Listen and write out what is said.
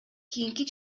кийинки